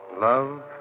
Love